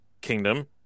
Kingdom